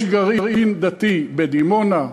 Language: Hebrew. יש גרעין דתי בדימונה,